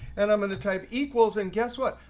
and i'm going to type equals and guess what.